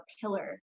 pillar